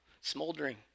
smoldering